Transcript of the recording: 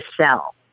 sell